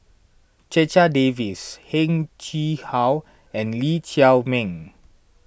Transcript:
Checha Davies Heng Chee How and Lee Chiaw Meng